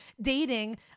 dating